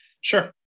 Sure